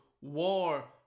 war